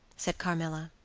said carmilla.